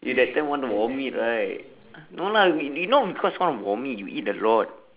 you that time want to vomit right no lah you know because want vomit you eat a lot